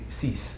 cease